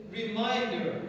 reminder